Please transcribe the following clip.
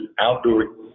outdoor